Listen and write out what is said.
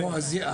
ל-יורה.